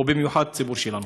ובמיוחד את הציבור שלנו.